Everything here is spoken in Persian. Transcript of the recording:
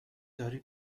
داری